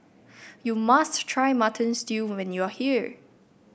you must try Mutton Stew when you are here